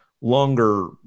longer